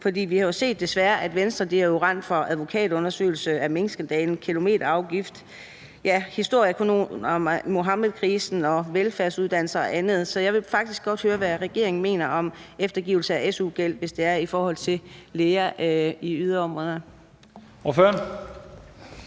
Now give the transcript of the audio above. For vi har jo desværre set, at Venstre er rendt fra en advokatundersøgelse af minkskandalen, en kilometerafgift, og der er historier om Muhammedkrisen og velfærdsuddannelser og andet. Så jeg vil faktisk godt høre, hvad regeringen mener om eftergivelse af su-gæld i forhold til læger i yderområderne.